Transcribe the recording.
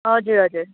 हजुर हजुर